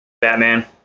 Batman